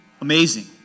Amazing